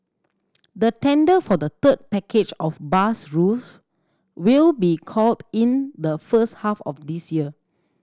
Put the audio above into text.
the tender for the third package of bus routes will be called in the first half of this year